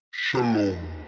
Shalom